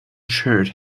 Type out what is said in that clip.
shirt